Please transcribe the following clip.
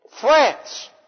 France